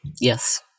Yes